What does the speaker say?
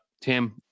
Tim